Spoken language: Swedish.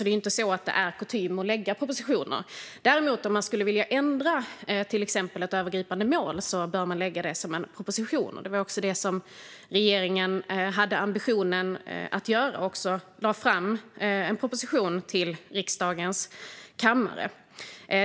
Det är alltså inte så att det är kutym att lägga fram propositioner. Däremot om man skulle vilja ändra till exempel ett övergripande mål bör man lägga fram det som en proposition. Det var det som regeringen hade ambitionen att göra. Man lade också fram en proposition till riksdagen.